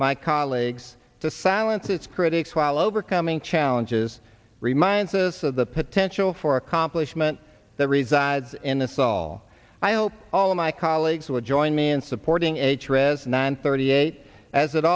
my colleagues to silence its critics while overcoming challenges reminds us of the potential for accomplishment that resides in this hall i hope all of my colleagues will join me in supporting a trip as nine thirty eight as it